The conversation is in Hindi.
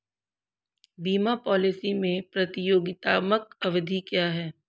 बीमा पॉलिसी में प्रतियोगात्मक अवधि क्या है?